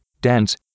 Dance